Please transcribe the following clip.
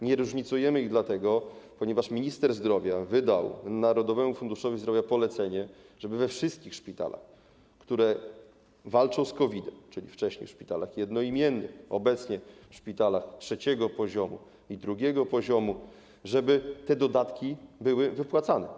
Nie różnicujemy ich dlatego, ponieważ minister zdrowia wydał Narodowemu Funduszowi Zdrowia polecenie, żeby we wszystkich szpitalach, które walczą z COVID, czyli wcześniej szpitalach jednoimiennych, a obecnie szpitalach trzeciego poziomu i drugiego poziomu, te dodatki były wypłacane.